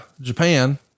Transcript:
Japan